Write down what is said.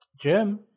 Jim